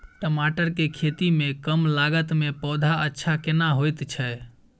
टमाटर के खेती में कम लागत में पौधा अच्छा केना होयत छै?